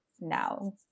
now